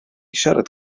siarad